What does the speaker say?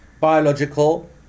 biological